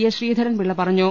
S Sreedharan Pillai പറഞ്ഞു